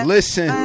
Listen